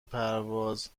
پرواز